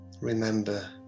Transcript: remember